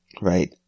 Right